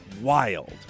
wild